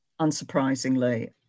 unsurprisingly